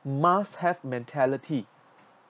must have mentality